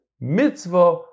mitzvah